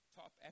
top